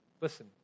Listen